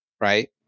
Right